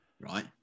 right